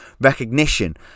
recognition